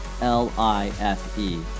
L-I-F-E